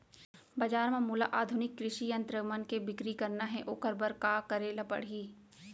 बजार म मोला आधुनिक कृषि यंत्र मन के बिक्री करना हे ओखर बर का करे ल पड़ही?